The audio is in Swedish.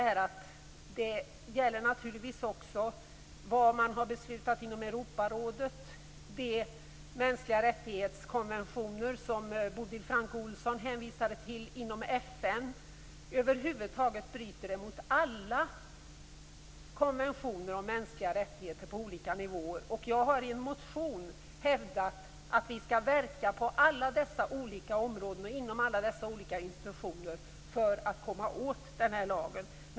Detta gäller naturligtvis också det som man beslutat om inom Europarådet och de konventioner inom Ohlsson hänvisade till. Över huvud taget bryter lagen mot alla konventioner på olika nivåer om mänskliga rättigheter. Jag har i en motion hävdat att vi skall verka på alla dessa olika områden och inom alla dessa olika institutioner för att komma åt den här lagen.